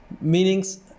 meanings